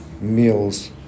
meals